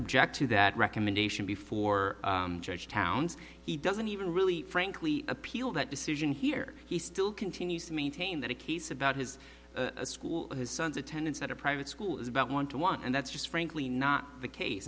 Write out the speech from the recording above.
object to that recommendation before judge towns he doesn't even really frankly appeal that decision here he still continues to maintain that a case about his school his son's attendance at a private school is about want to want and that's just frankly not the case